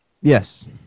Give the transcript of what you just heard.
Yes